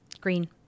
Green